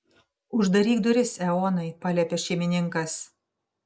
uždaryk duris eonai paliepė šeimininkas